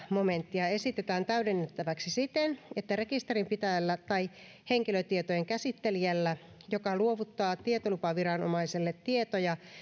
momenttia esitetään täydennettäväksi siten että rekisterinpitäjällä tai henkilötietojen käsittelijällä joka luovuttaa tietolupaviranomaiselle tietoja